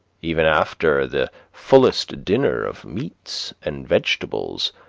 even after the fullest dinner of meats and vegetables,